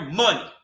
money